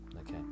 Okay